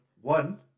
one